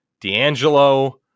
D'Angelo